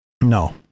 No